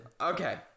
Okay